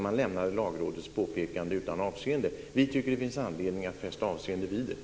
Man lämnade Lagrådets påpekande utan avseende. Vi tycker att det finns anledning att fästa avseende vid det.